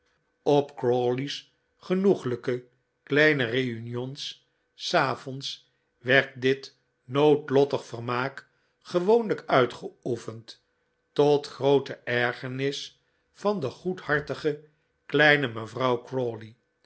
op crawley's genoeglijke kleine reunions s avonds werd dit noodlottig vermaak gewoonlijk uitgeoefend tot groote ergernis van de goedhartige kleine mevrouw